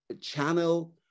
channel